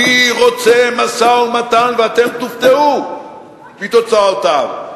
אני רוצה משא-ומתן, ואתם תופתעו מתוצאותיו.